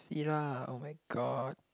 see lah oh-my-god